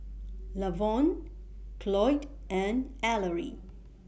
Lavon Cloyd and Ellery